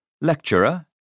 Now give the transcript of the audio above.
Lecturer